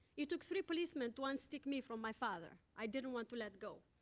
it took three policemen to un-stick me from my father. i didn't want to let go.